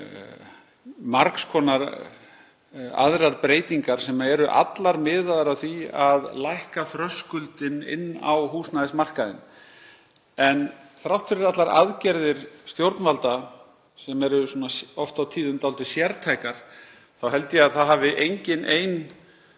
gera margs konar aðrar breytingar sem eru allar miðaðar að því að lækka þröskuldinn inn á húsnæðismarkaðinn. En þrátt fyrir allar aðgerðir stjórnvalda, sem eru oft og tíðum dálítið sértækar, held ég að engin ein